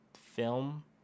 film